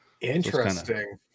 interesting